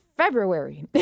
February